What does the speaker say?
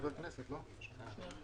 בבקשה.